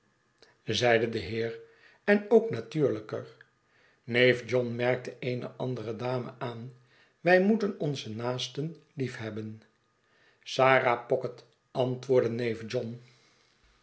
zeide de heer en ook natuurlijker neef john merkte eene andere dame aan wij moeten onze naasten liefhebben sarah pocket antwoordde neef john